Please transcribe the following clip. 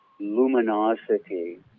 luminosity